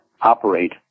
operate